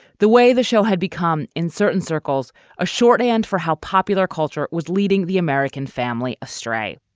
the way the show had become in certain circles a shorthand for how popular culture was leading the american family astray